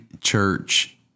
church